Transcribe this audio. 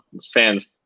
Sands